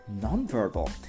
Nonverbal